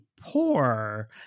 poor